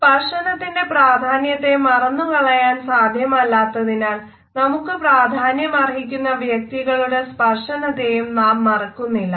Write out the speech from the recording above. സ്പർശനത്തിന്റെ പ്രാധാന്യത്തെ മറന്നു കളയാൻ സാധ്യമല്ലാത്തതിനാൽ നമുക്ക് പ്രാധാന്യമർഹിക്കുന്ന വ്യക്തികളുടെ സ്പർശനത്തെയും നാം മറക്കുന്നില്ല